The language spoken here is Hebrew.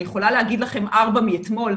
אני יכולה להגיד לכם ארבע מאתמול,